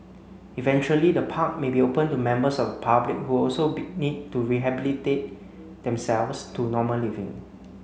eventually the park may be open to members of the public who also need to rehabilitate themselves to normal living